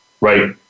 right